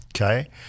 Okay